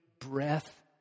breath